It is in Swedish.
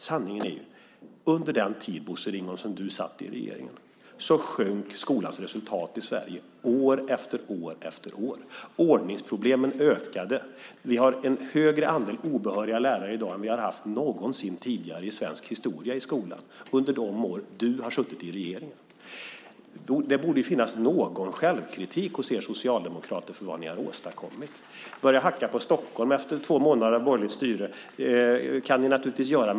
Sanningen är att under den tid som du, Bosse Ringholm, satt med i regeringen sjönk skolans resultat i Sverige år efter år efter år. Ordningsproblemen ökade. Vi hade en större andel obehöriga lärare än vi någonsin tidigare historiskt haft i skolan under de år du satt med i regeringen. Det borde finnas någon självkritik hos er socialdemokrater när det gäller vad ni har åstadkommit. Att efter två månader med borgerligt styre börja hacka på Stockholm kan ni naturligtvis göra.